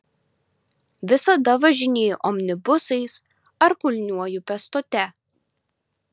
visada važinėju omnibusais ar kulniuoju pėstute